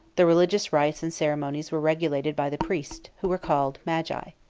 the religious rites and ceremonies were regulated by the priests, who were called magi.